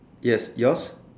yes yours